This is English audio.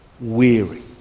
weary